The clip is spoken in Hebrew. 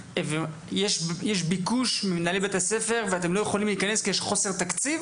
יש ביקוש ממנהלי בתי הספר ואתם לא יכולים להיכנס כי יש חוסר תקציב?